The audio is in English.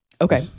Okay